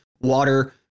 Water